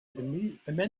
immensely